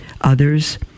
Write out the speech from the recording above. others